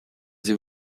sie